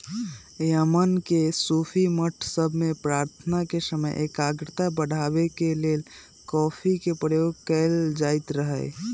Yemen में सूफी मठ सभ में प्रार्थना के समय एकाग्रता बढ़ाबे के लेल कॉफी के प्रयोग कएल जाइत रहै